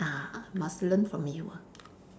ah must learn from you ah